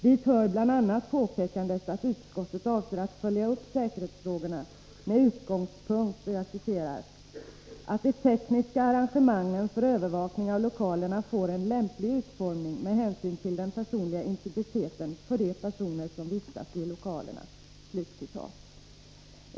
Dit hör bl.a. påpekandet att utskottet avser att följa upp säkerhetsfrågorna med utgångspunkten ”att de tekniska arrangemangen för övervakning av lokalerna får en lämplig utformning med hänsyn till den personliga integriteten för de personer som vistas i lokalerna”.